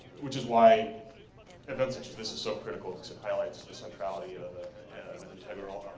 which is why events such as this is so critical. it highlights the centrality of an integral